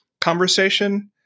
conversation